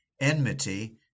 Enmity